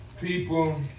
people